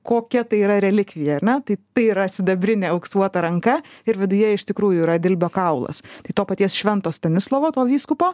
kokia tai yra relikvija ar ne tai tai yra sidabrinė auksuota ranka ir viduje iš tikrųjų yra dilbio kaulas tai to paties švento stanislovo to vyskupo